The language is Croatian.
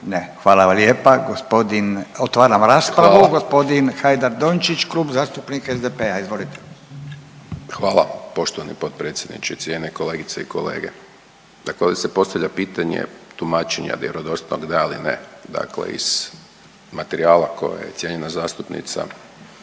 Ne, hvala vam lijepa. Otvaram raspravu. Gospodin Hajdaš Dončić Klub zastupnika SDP-a. Izvolite. **Hajdaš Dončić, Siniša (SDP)** Hvala poštovani potpredsjedniče. Cijenjene kolegice i kolege. Dakle, ovdje se postavlja pitanje tumačenja vjerodostojno da ili ne, dakle iz materijala koje je cijenjena zastupnica